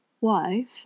Wife